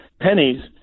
pennies